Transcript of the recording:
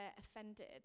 offended